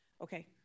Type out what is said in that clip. Okay